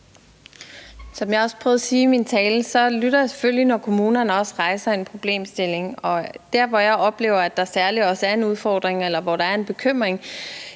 Som jeg også prøvede at sige i min tale, lytter jeg selvfølgelig, når kommunerne rejser en problemstilling. Og der, hvor jeg oplever at der især også er en udfordring, eller hvor der er en bekymring,